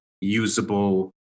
usable